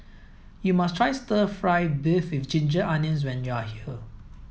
you must try stir fry beef with ginger onions when you are here